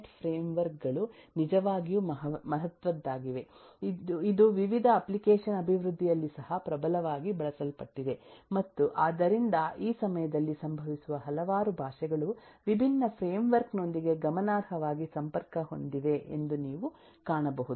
net framework ಗಳು ನಿಜವಾಗಿಯೂ ಮಹತ್ವದ್ದಾಗಿವೆ ಇದು ವಿವಿಧ ಅಪ್ಲಿಕೇಶನ್ ಅಭಿವೃದ್ಧಿಯಲ್ಲಿ ಸಹ ಪ್ರಬಲವಾಗಿ ಬಳಸಲ್ಪಟ್ಟಿದೆ ಮತ್ತು ಆದ್ದರಿಂದಈ ಸಮಯದಲ್ಲಿ ಸಂಭವಿಸುವ ಹಲವಾರು ಭಾಷೆಗಳುವಿಭಿನ್ನ ಫ್ರೇಮ್ ವರ್ಕ್ ನೊಂದಿಗೆಗಮನಾರ್ಹವಾಗಿಸಂಪರ್ಕಹೊಂದಿವೆಎಂದು ನೀವು ಕಾಣಬಹುದು